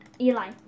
Eli